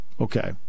okay